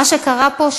מה שקרה פה,